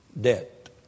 debt